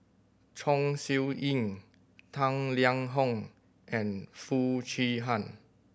Chong Siew Ying Tang Liang Hong and Foo Chee Han